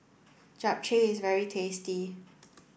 Japchae is very tasty